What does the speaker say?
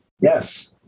Yes